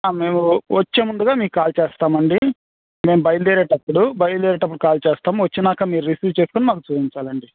మేము వచ్చే ముందుగా మీకు కాల్ చేస్తామండి మేము బయలుదేరేటప్పుడు బయలుదేరేటప్పుడు కాల్ చేస్తాము వచ్చాక మీరు రిసీవ్ చేసుకొని మాకు చూపించాలండి